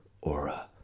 Aura